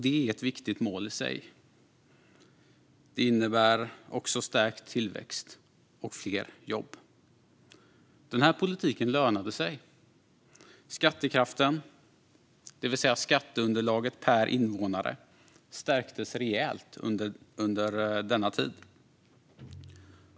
Det är ett viktigt mål i sig, men det innebär också stärkt tillväxt och fler jobb. Den politiken lönade sig. Skattekraften, det vill säga skatteunderlaget per invånare, stärktes rejält under denna tid.